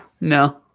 no